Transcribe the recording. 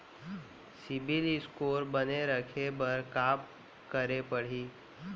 CIBIL score बने रखे बर का करे पड़ही?